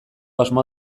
asmoa